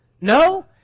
No